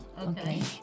Okay